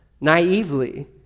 naively